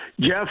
Jeff